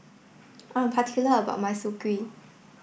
I am particular about my Soon Kuih